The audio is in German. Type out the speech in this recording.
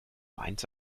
mainz